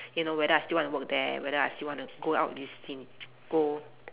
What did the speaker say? you know whether I still want to work there whether I still want to go out with this go